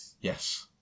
Yes